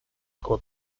called